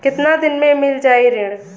कितना दिन में मील जाई ऋण?